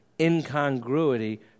incongruity